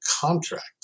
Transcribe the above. contract